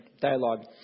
dialogue